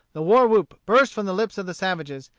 the war-whoop burst from the lips of the savages,